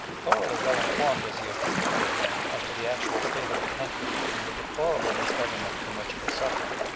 thoroughly well-informed as he appears to have been, as to the actual state of the country and the deplorable misgovernment from which it was suffering,